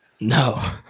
No